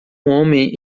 homem